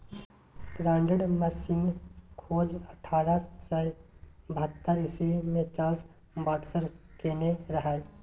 binder मशीनक खोज अठारह सय बहत्तर इस्बी मे चार्ल्स बाक्सटर केने रहय